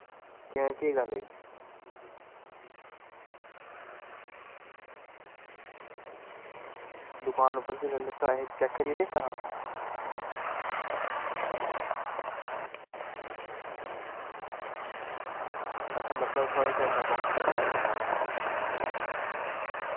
कैंह् केह् गल्ल होई दकान उप्पर जिसलै असें चैक्क करियै निं दित्ता हा अच्छा मतलब थोआढ़े सैटअपबाक्स कन्नै निं चला दा होना ओह्